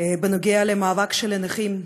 בנוגע למאבק של הנכים.